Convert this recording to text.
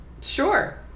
sure